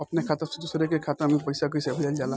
अपने खाता से दूसरे के खाता में कईसे पैसा भेजल जाला?